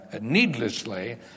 needlessly